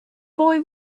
boy